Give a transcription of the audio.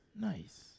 Nice